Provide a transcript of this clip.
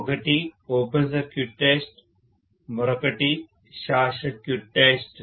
ఒకటి open circuit test మరొకటి short circuit test